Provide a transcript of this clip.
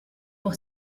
pour